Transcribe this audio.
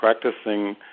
practicing